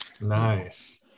Nice